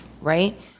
Right